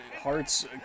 Heart's